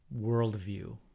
worldview